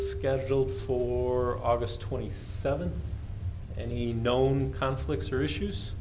scheduled for august twenty seventh and he known conflicts or issues